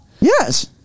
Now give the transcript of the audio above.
Yes